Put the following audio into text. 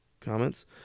comments